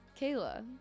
Kayla